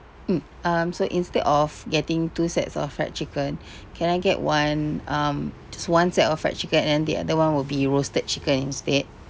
mm um so instead of getting two sets of fried chicken can I get one um just one set of fried chicken and the other one will be roasted chicken instead